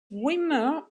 winner